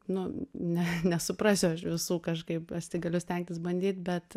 nu ne nesuprasiu aš visų kažkaip galiu stengtis bandyt bet